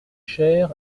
cher